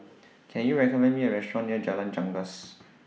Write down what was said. Can YOU recommend Me A Restaurant near Jalan Janggus